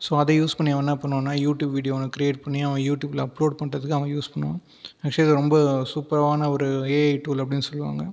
so அதை use பண்ணி அவன் என்ன பண்ணுவானா யூட்யூப் வீடியோ ஒன்று கிரியேட் பண்ணி அவன் யூட்யூப்பில் அப்லோடு பண்ணுறதுக்கு அவன் யூஸ் பண்ணுவான் ரொம்ப சூப்பர்வான ஒரு ஏஐ டூல் அப்படினு சொல்லுவாங்கள்